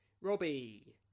Robbie